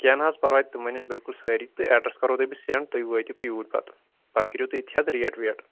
کیٚنٛہہ نہَ حظ پَرواے تِم بنیٚن بِلکُل سٲرِی تہٕ ایٚڈرَس کَرو تۄہہِ بہٕ سینٚڈ تُہۍ وٲتِو یوٗرۍ پَتہٕ پَتہٕ کٔرِو تُہۍ چیک ریٹ ویٹ